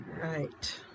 Right